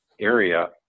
area